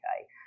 Okay